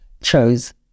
chose